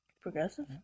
Progressive